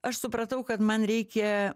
aš supratau kad man reikia